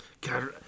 God